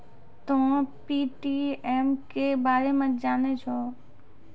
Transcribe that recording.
तोंय पे.टी.एम के बारे मे जाने छौं?